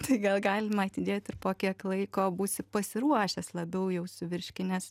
tai gal galima atidėt ir po kiek laiko būsi pasiruošęs labiau jau suvirškinęs